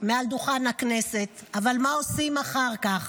מעל דוכן הכנסת, אבל מה עושים אחר כך?